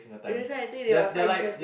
everytime I think they will find interesting